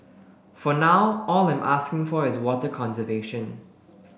for now all I'm asking for is water conservation